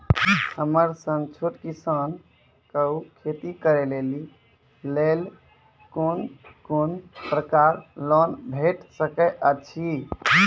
हमर सन छोट किसान कअ खेती करै लेली लेल कून कून प्रकारक लोन भेट सकैत अछि?